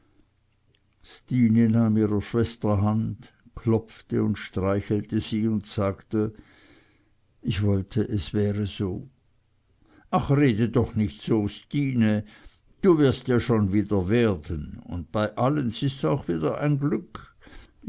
ihrer schwester hand klopfte und streichelte sie und sagte ich wollte es wäre so ach rede doch nich so stine du wirst ja schon wieder werden un bei allens is auch wieder n glück